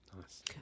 nice